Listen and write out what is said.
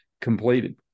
completed